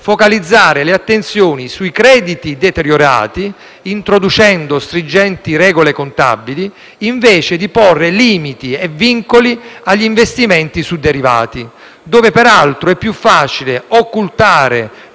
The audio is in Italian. focalizzare le attenzioni sui crediti deteriorati introducendo stringenti regole contabili invece di porre limiti e vincoli agli investimenti su derivati, dove, peraltro, è più facile occultare